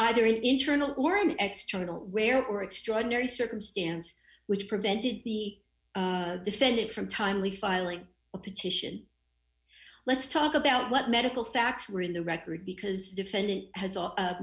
either internal or an extra little wear or extraordinary circumstance which prevented the defendant from timely filing a petition let's talk about what medical facts are in the record because the defendant has all